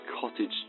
cottage